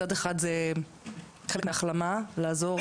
מצד אחד זה חלק מההחלמה לעזור,